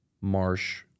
Marsh